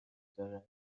دارد